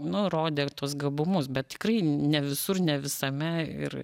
nu rodė tuos gabumus bet tikrai ne visur ne visame ir